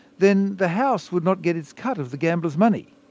then the house would not get its cut of the gambler's money.